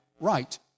right